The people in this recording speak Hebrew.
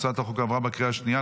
הצעת החוק עברה בקריאה השנייה.